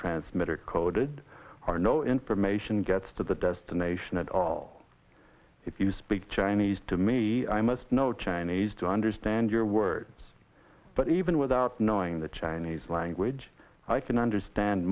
transmitter coded are no information gets to the destination at all if you speak chinese to me i must know chinese to understand your words but even without knowing the chinese language i can understand